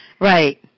right